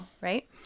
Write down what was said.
right